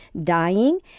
dying